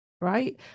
right